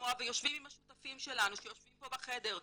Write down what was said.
לשמוע ויושבים עם השותפים שלנו שיושבים פה בחדר,